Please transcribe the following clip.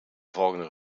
volgende